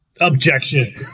Objection